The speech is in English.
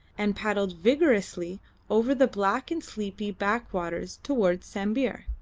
and paddled vigorously over the black and sleepy backwaters towards sambir.